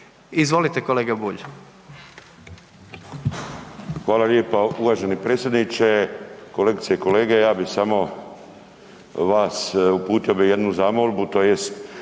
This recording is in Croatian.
Izvolite kolega Bulj.